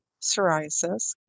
psoriasis